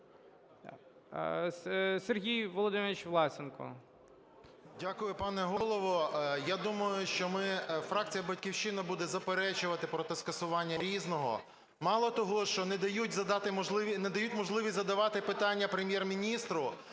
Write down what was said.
Сергій Володимирович Власенко.